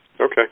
Okay